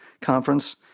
conference